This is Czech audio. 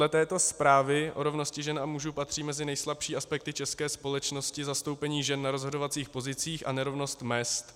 Dle této zprávy o rovnosti žen a mužů patří mezi nejslabší aspekty této společnosti zastoupení žen na rozhodovacích pozicích a nerovnost mezd.